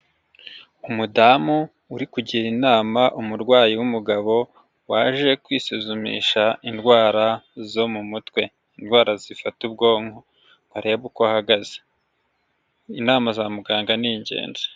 Umudamu uri kugira inama umurwayi w'umugabo waje kwisuzumisha indwara zo mu mutwe; indwara zifata ubwonko arebe uko ahagaze; inama za muganga ni ingenzi.